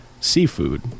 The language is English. seafood